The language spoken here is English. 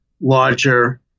larger